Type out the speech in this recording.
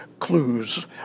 Clues